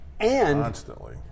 Constantly